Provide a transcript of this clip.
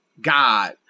God